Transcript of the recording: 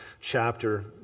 chapter